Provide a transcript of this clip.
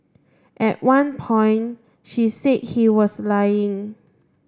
at one point she said he was lying